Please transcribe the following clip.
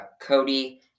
Cody